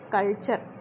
Culture